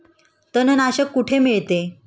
तणनाशक कुठे मिळते?